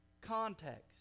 Context